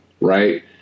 Right